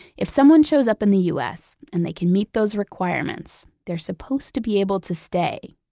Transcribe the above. if someone shows up in the u s. and they can meet those requirements, they're supposed to be able to stay,